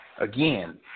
again